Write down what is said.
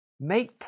Make